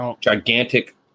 Gigantic